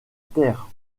terre